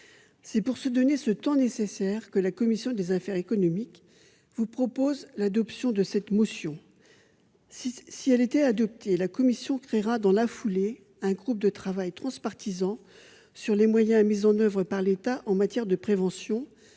C'est pour se donner ce temps nécessaire que la commission des affaires économiques vous propose, mes chers collègues, cette motion. Si elle est adoptée, notre commission créera dans la foulée un groupe de travail transpartisan sur les moyens mis en oeuvre par l'État en matière de prévention,